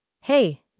Hey